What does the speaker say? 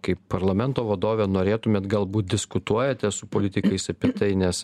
kaip parlamento vadovė norėtumėt galbūt diskutuojate su politikais apie tai nes